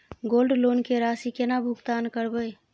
Gold loan के राशि केना भुगतान करबै?